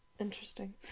Interesting